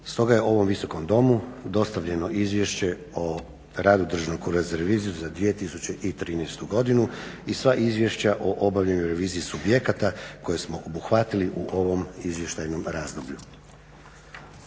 Stoga je ovom Visokom domu dostavljeno Izvješće o radu Državnog ureda za reviziju za 2013. godinu i sva izvješća o obavljenoj reviziji subjekata koje smo obuhvatili u ovom izvještajnom razdoblju.